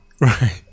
Right